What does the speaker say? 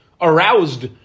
aroused